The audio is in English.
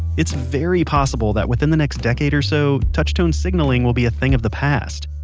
it's very possible that within the next decade or so, touch tone signaling will be a thing of the past.